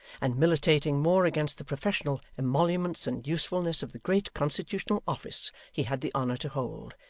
and militating more against the professional emoluments and usefulness of the great constitutional office he had the honour to hold,